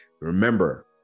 Remember